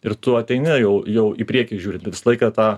ir tu ateini jau jau į priekį žiūri visą laiką tą